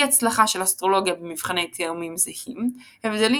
אי הצלחה של אסטרולוגיה במבחני תאומים זהים; הבדלים